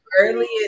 earliest